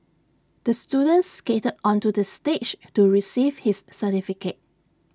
the student skated onto the stage to receive his certificate